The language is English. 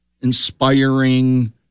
inspiring